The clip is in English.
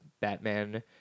Batman